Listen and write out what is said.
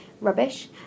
rubbish